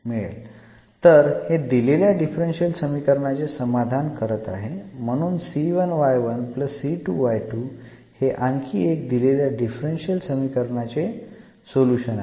तर हे दिलेल्या डिफरन्शियल समीकरणाचे समाधान करत आहे म्हणून हे आणखी एक दिलेल्या डिफरन्शियल समीकरणाचे सोल्युशन आहे